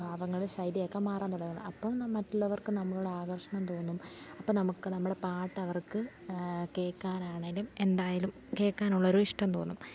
ഭാവങ്ങൾ ശൈലിയൊക്കെ മാറാൻ തുടങ്ങുന്നത് അപ്പം മറ്റുള്ളവർക്കു നമ്മളോടാകർഷണം തോന്നും അപ്പം നമുക്കു നമ്മുടെ പാട്ടവർക്ക് കേൾക്കാനാണെങ്കിലും എന്തായാലും കേൾക്കാനുള്ളൊരിഷ്ടം തോന്നും